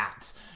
apps